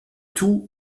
tout